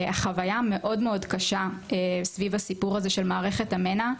החוויה מאוד מאוד קשה סביב הסיפור הזה של מערכת המנ"ע,